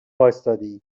واستادی